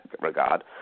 regard